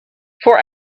for